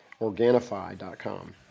Organifi.com